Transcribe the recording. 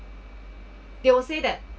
they will say that